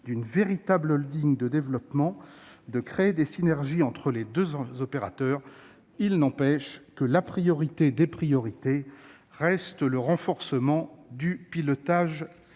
d'une véritable holding de développement et de créer des synergies entre les deux opérateurs, la priorité des priorités reste le renforcement du pilotage stratégique.